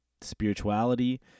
spirituality